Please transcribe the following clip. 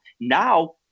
Now